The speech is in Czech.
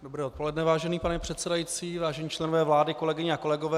Dobré odpoledne, vážený pane předsedající, vážení členové vlády, kolegyně a kolegové.